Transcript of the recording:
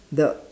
the